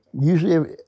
Usually